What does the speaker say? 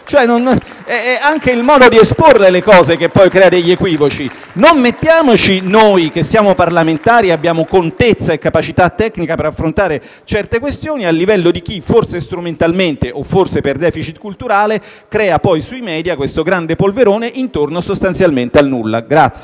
È anche il modo di esporre le cose che poi crea degli equivoci. Non mettiamoci noi, che siamo parlamentari e abbiamo contezza e capacità tecnica per affrontare certe questioni, al livello di chi, forse strumentalmente o forse per *deficit* culturale, crea poi sui *media* un grande polverone sostanzialmente intorno al